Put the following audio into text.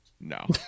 No